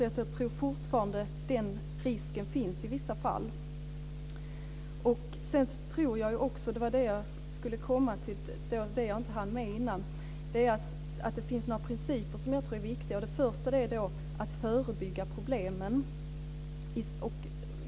Jag tror alltså fortfarande att den risken finns i vissa fall. Jag tror också, det var det jag skulle komma till och som jag inte hann med innan, att det finns några principer som är viktiga. Den första är att förebygga problemen.